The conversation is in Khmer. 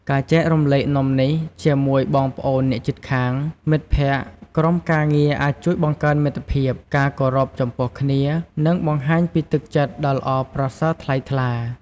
ការចែករំលែកនំនេះជាមួយបងប្អូន អ្នកជិតខាង មិត្តភក្តិ ក្រុមការងារអាចជួយបង្កើនមិត្តភាព ការគោរពចំពោះគ្នា និងបង្ហាញពីទឹកចិត្តដ៏ល្អប្រសើរថ្លៃថ្លា។